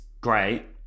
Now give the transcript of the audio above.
great